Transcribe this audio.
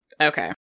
Okay